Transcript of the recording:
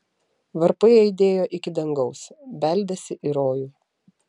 varpai aidėjo iki dangaus beldėsi į rojų